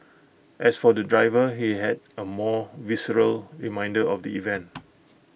as for the driver he had A more visceral reminder of the event